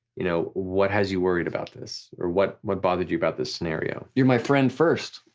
you know what has you worried about this, or what what bothers you about this scenario. you're my friend first.